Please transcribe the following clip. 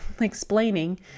explaining